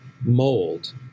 mold